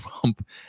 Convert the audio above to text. Trump